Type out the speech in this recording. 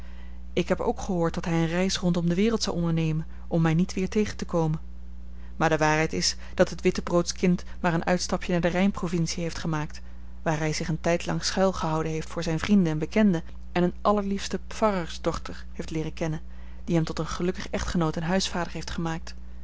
ik heb ook gehoord dat hij een reis rondom de wereld zou ondernemen om mij niet weer tegen te komen maar de waarheid is dat het wittebroodskind maar een uitstapje naar de rijnprovinciën heeft gemaakt waar hij zich een tijdlang schuil gehouden heeft voor zijne vrienden en bekenden en eene allerliefste pfarrersdochter heeft leeren kennen die hem tot een gelukkig echtgenoot en huisvader heeft gemaakt